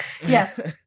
yes